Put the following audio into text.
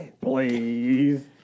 please